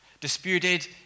Disputed